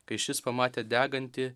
kai šis pamatė degantį